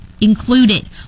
included